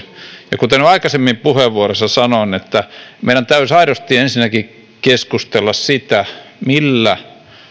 ja vastustamiseen kuten jo aikaisemmin puheenvuorossani sanoin meidän täytyisi ensinnäkin aidosti keskustella siitä millä